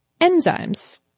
Enzymes